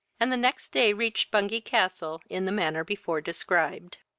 and the next day reached bungay-castle in the manner before described.